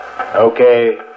Okay